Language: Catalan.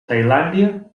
tailàndia